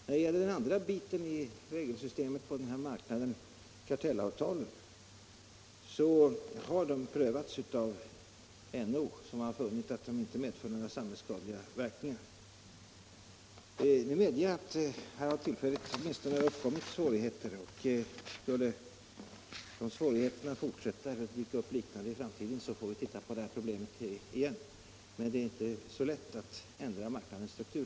När det gäller den andra biten i regelsystemet på den här marknaden, nämligen kartellavtalen, har de prövats av NO som har funnit att de inte medför några samhällsskadliga verkningar. Nu medger jag att det tillfälligtvis har uppkommit svårigheter här. Skulle de svårigheterna fortsätta eller liknande svårigheter dyka upp i framtiden, får vi se på problemet igen, men det är inte så lätt att ändra marknadens struktur.